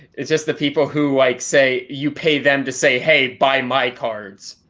it's just the people who like say you pay them to say, hey, buy my cards.